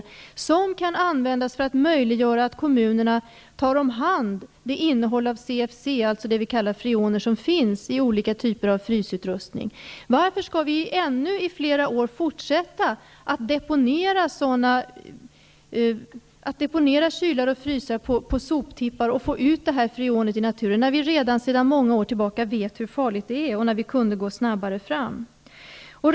Dessa medel skulle kunna användas till att möjliggöra för kommuner att ta om hand om förekommande innehåll av CFC -- som vi kallar de freoner som finns i olika typer av frysutrustningar. Varför skall vi ännu i flera år fortsätta att deponera kylar och frysar på soptippar och därmed få ut freonet i naturen, när vi sedan många år tillbaka vet hur farligt det är och när vi skulle kunna gå fram snabbare.